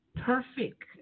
perfect